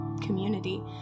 community